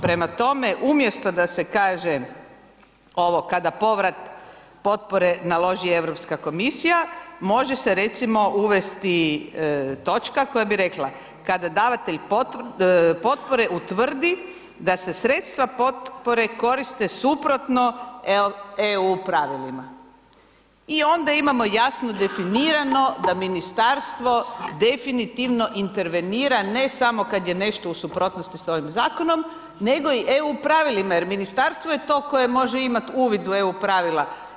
Prema tome, umjesto da se kaže ovo kada povrat potpore naloži Europska komisija može se recimo uvesti točka koja bi rekla: „Kada davatelj potpore utvrdi da se sredstva potpore koriste suprotno EU pravilima.“ I onda imamo jasno definirano da ministarstvo definitivno intervenira ne samo kad je nešto u suprotnosti sa ovim zakonom, nego i EU pravilima, jer ministarstvo je to koje može imati uvid u EU pravila.